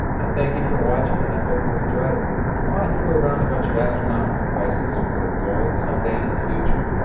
i thank you for watching and i hope you enjoyed it i know i threw around a bunch of astronomical prices for gold someday in the future,